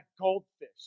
goldfish